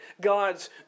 God's